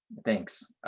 thanks.